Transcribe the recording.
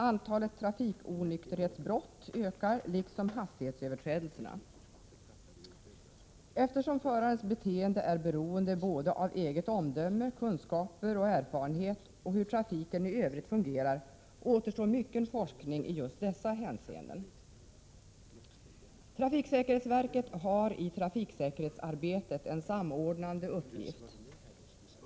Antalet trafikonykterhetsbrott ökar, liksom hastighetsöverträdelserna. Eftersom förarens beteende är beroende av eget omdöme, kunskaper och erfarenhet och av hur trafiken i Övrigt fungerar, återstår mycken forskning i just dessa hänseenden. Trafiksäkerhetsverket har i trafiksäkerhetsarbetet en samordnande uppgift.